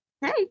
Hey